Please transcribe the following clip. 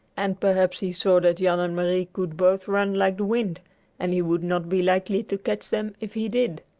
and perhaps he saw that jan and marie could both run like the wind and he would not be likely to catch them if he did.